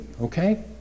Okay